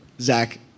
Zach